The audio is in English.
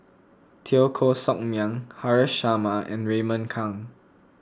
Teo Koh Sock Miang Haresh Sharma and Raymond Kang